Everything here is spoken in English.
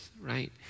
right